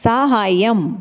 साहाय्यम्